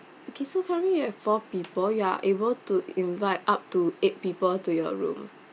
okay so currently you have four people you are able to invite up to eight people to your room